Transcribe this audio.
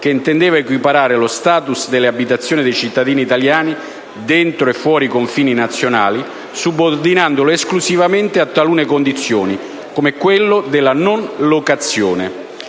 che intendeva equiparare lo *status* delle abitazioni dei cittadini italiani dentro e fuori i confini italiani, subordinandolo esclusivamente a talune condizioni, come quella della non locazione.